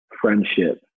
friendship